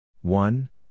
One